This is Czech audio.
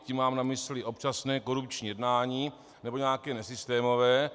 Tím mám na mysli občasné korupční jednání nebo nějaké nesystémové.